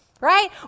Right